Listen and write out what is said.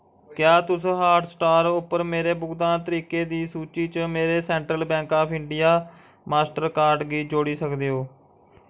क्या तुस हाटस्टार उप्पर मेरे भुगतान तरीकें दी सूची च मेरे central bank of India Mastercard गी जोड़ी सकदे ओ